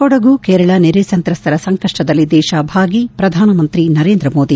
ಕೊಡಗು ಕೇರಳ ನೆರೆ ಸಂತ್ರಸ್ತರ ಸಂಕಷ್ಟದಲ್ಲಿ ದೇಶ ಭಾಗಿ ಪ್ರಧಾನಮಂತ್ರಿ ನರೇಂದ್ರ ಮೋದಿ